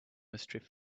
mystery